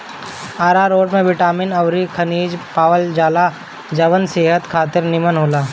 आरारोट में बिटामिन अउरी खनिज पावल जाला जवन सेहत खातिर निमन होला